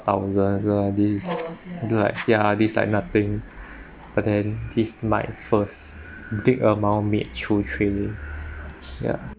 thousands like this like ya this like nothing but then it's my first big amount made through trading ya